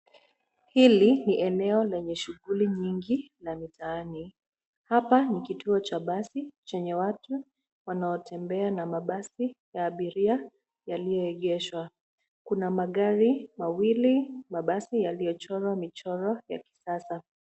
Hili ni eneo lenye shughuli nyingi ya mtaani. Hapa ni kituo cha basi chenye watu wanaotembea na mabasi ya abiria yaliyoegeshwa. Kuna magari mawili mabasi yaliyochorwa michoro ya kisasa.